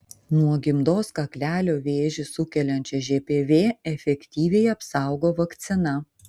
nuo gimdos kaklelio vėžį sukeliančio žpv efektyviai apsaugo vakcina